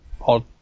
odd